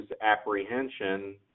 apprehension